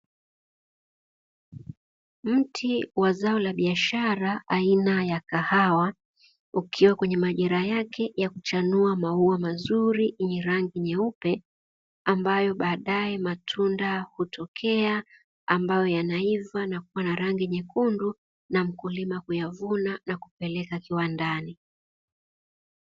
Mti wa zao la biashara aina ya kahawa ukiwa kwenye majira yake ya kuchanua maua mazuri yenye rangi nyeupe, ambayo baadaye matunda hutokea ambayo yanaiva na kuwa na rangi nyekundu na mkulima kuyavuna na kupeleka kiwandani.